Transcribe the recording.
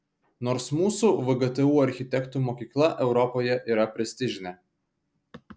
nors mūsų vgtu architektų mokykla europoje yra prestižinė